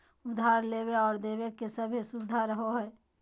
उधार लेबे आर देबे के सभै सुबिधा रहो हइ